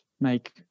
Make